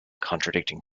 contradicting